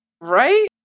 Right